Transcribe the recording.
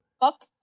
Fuck